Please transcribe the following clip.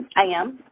i am.